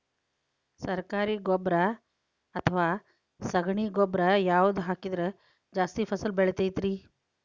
ಸರಕಾರಿ ಗೊಬ್ಬರ ಅಥವಾ ಸಗಣಿ ಗೊಬ್ಬರ ಯಾವ್ದು ಹಾಕಿದ್ರ ಜಾಸ್ತಿ ಫಸಲು ಬರತೈತ್ರಿ?